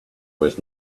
was